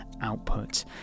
output